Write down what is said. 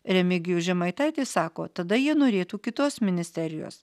remigijus žemaitaitis sako tada jie norėtų kitos ministerijos